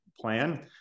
plan